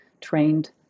trained